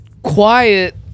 Quiet